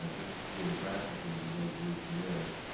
ah just geographically the way volusia is,